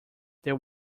there